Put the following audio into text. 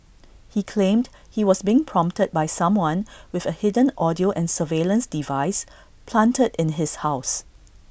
he claimed he was being prompted by someone with A hidden audio and surveillance device planted in his house